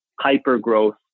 hyper-growth